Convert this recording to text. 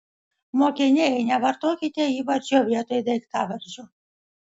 mokiniai nevartokite įvardžio vietoj daiktavardžio